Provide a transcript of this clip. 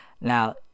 Now